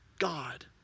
God